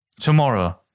tomorrow